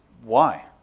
why?